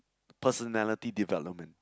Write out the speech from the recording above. personality development